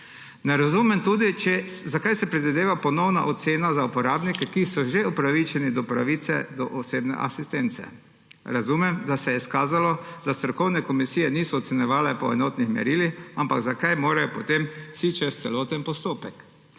Ne razumem tudi, zakaj se predvideva ponovna ocena za uporabnike, ki so že upravičeni do pravice do osebne asistence. Razumem, da se je izkazalo, da strokovne komisije niso ocenjevale po enotnih merilih, ampak zakaj morajo potem vsi čez celoten postopek?!